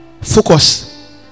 focus